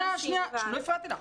שנייה, לא הפרעתי לך.